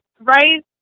right